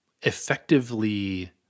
effectively